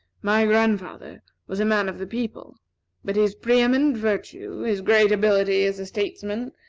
my grandfather was a man of the people but his pre-eminent virtue, his great ability as a statesman,